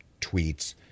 tweets